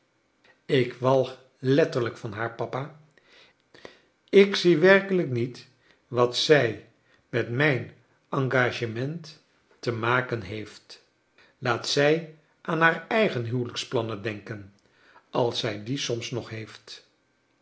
ik walg letterlijk van haar papa ik zie werkelijk niet in wat zij met mijn engagement te maken heeft laat zij aan haar eigen huwelijksplannen denken als zij die soms nog heeft